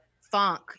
funk